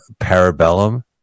Parabellum